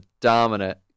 dominant